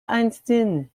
hesdin